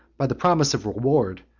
by the promise of reward,